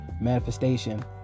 manifestation